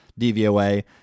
DVOA